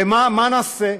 ומה נעשה?